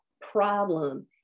problem